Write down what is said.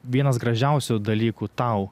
vienas gražiausių dalykų tau